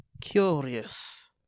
Curious